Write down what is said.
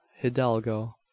hidalgo